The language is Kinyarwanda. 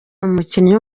umukinnyi